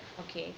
okay